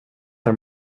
har